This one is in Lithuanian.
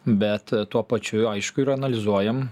bet tuo pačiu aišku ir analizuojam